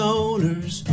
owners